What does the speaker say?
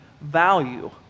value